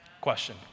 Question